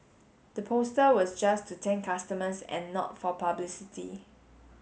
the poster was just to thank customers and not for publicity